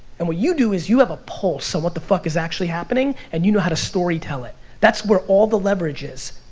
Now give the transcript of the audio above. and what you do is you have a pulse on what the fuck is actually happening and you know how to story tell it. that's where all the leverage is.